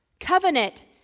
Covenant